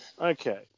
Okay